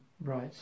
right